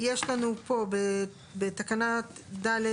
יש לנו פה בתקנה (ד)